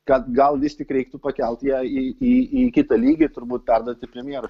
kad gal vis tik reiktų pakelt ją į į į kitą lygį turbūt perduot premjerui